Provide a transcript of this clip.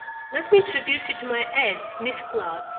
let me introduce you to my aunt, miss cloud,